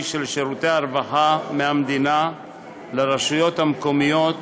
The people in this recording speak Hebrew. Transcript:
של שירותי הרווחה מהמדינה לרשויות המקומיות,